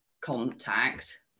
contact